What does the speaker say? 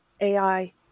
AI